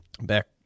back